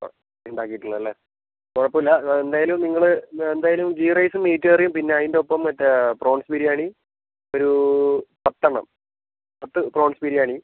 ആ ഉണ്ടാക്കിട്ടില്ല അല്ലെങ്കിൽ കുഴപ്പമില്ല എന്തായാലും നിങ്ങൾ എന്തായാലും ഗീ റൈസും മീറ്റ് കറിയും പിന്നയിൻ്റെ ഒപ്പം മറ്റേ പ്രോൺസ് ബിരിയാണി ഒരൂ പത്തെണ്ണം പത്ത് പ്രോൺസ് ബിരിയാണി